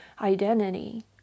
identity